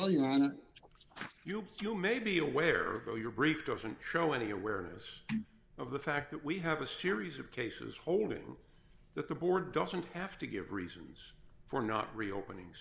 wanted you q may be aware of though your brief doesn't show any awareness of the fact that we have a series of cases holding that the board doesn't have to give reasons for not reopening